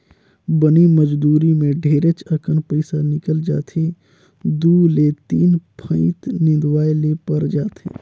बनी मजदुरी मे ढेरेच अकन पइसा निकल जाथे दु ले तीन फंइत निंदवाये ले पर जाथे